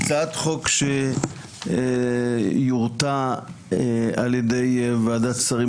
הצעת חוק שיורטה על ידי ועדת שרים